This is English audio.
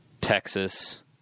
Texas